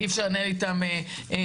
אי אפשר לנהל איתם שיח.